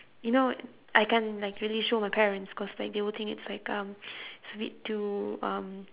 you know I can't like really show my parents because like they will think it's like um it's a bit too um